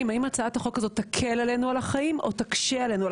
האם הצעת החוק הזאת תקל על החיים או תקשה עלינו.